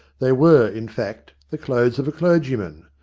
they were, in fact, the clothes of a clergyman.